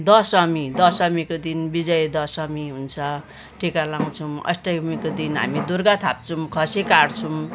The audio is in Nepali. दशमी दशमीको दिन विजय दशमी हुन्छ टिका लगाउँछौँ अष्टमीको दिन हामी दुर्गा थाप्छौँ खसी काट्छौँ